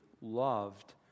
loved